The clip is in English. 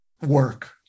work